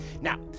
now